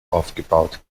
aufgebaut